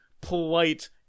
polite